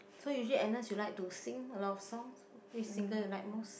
so usually Agnes you like to sing a lot of songs which singer you like most